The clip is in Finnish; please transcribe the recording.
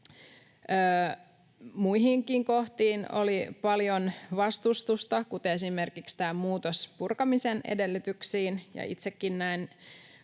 Muihinkin kohtiin oli paljon vastustusta, esimerkiksi oli tämä muutos purkamisen edellytyksiin. Itsekin näen,